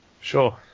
Sure